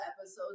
episodes